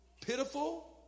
pitiful